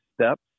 steps